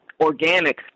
organic